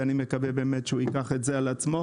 ואני מקווה שהוא ייקח את זה על עצמו.